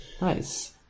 Nice